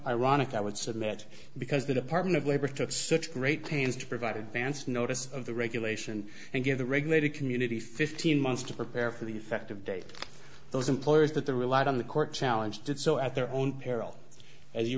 ironic i would submit because the department of labor took such great pains to provide advance notice of the regulation and give the regulator community fifteen months to prepare for the effective date those employers that the relied on the court challenge did so at their own peril as you